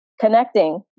connecting